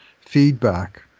feedback